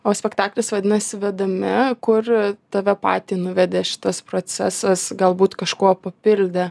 o spektaklis vadinasi vedami kur tave patį nuvedė šitas procesas galbūt kažkuo papildė